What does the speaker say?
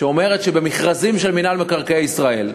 שאומרת שבמכרזים של מינהל מקרקעי ישראל,